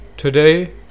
Today